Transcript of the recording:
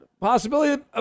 possibility